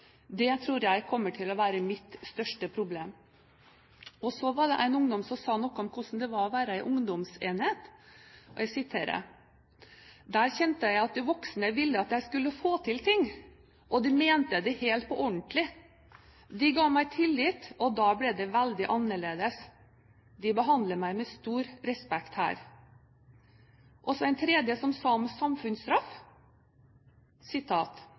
Det tror jeg kommer til å være mitt største problem. Så var det en som sa noe om hvordan det var å være i ungdomsenhet: Der kjente jeg at de voksne ville at jeg skulle få til ting. Og de mente det helt på ordentlig. De ga meg tillit, og da ble det veldig annerledes. De behandler deg med stor respekt her. Og en tredje fortalte om samfunnsstraff: